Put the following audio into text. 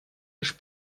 лишь